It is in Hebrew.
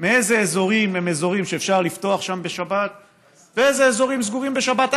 אילו אזורים הם אזורים שאפשר לפתוח שם בשבת ואיזה אזורים סגורים בשבת,